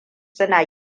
suna